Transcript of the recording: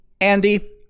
Andy